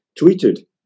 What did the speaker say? tweeted